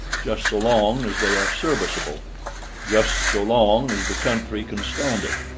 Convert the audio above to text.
just so long as they are serviceable just so long as the country can stand it,